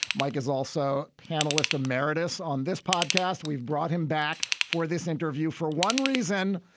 mike is also panelist emeritus on this podcast. we've brought him back for this interview for one reason.